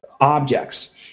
objects